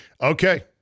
Okay